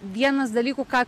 vienas dalykų ką